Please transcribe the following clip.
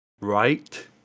right